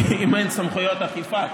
אם אין סמכויות אכיפה,